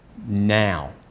now